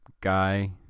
guy